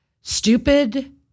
stupid